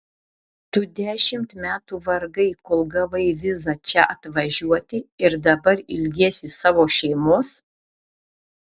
tu dešimt metų vargai kol gavai vizą čia atvažiuoti ir dabar ilgiesi savo šeimos